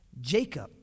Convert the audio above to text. Jacob